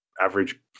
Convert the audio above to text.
average